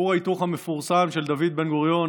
כור ההיתוך המפורסם של דוד בן-גוריון,